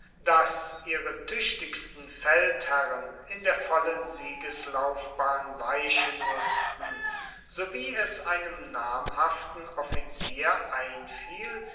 daß ihre tüchtigsten feldherren in der vollen siegeslaufbahn weichen mußten sowie es einem namhaften offizier einfiel